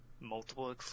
multiple